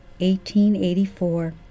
1884